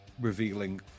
revealing